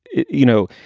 you know,